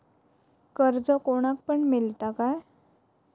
कर्ज कोणाक पण मेलता काय?